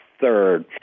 third